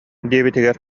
диэбитигэр